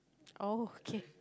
oh okay